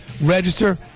Register